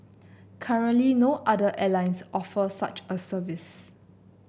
currently no other airlines offer such a service